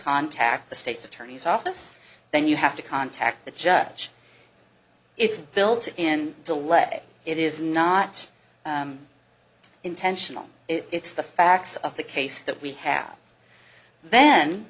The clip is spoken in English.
contact the state's attorney's office then you have to contact the judge it's a built in delay it is not intentional it's the facts of the case that we have then